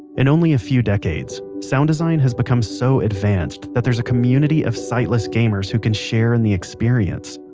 in only a few decades, sound design has become so advanced that there's a community of sightless gamers who can share in the experience.